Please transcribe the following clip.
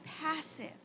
passive